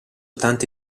tante